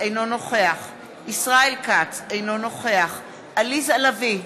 אינו נוכח ישראל כץ, אינו נוכח עליזה לביא,